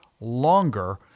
longer